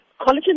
collagen